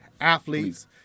athletes